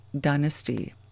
Dynasty